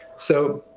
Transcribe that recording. so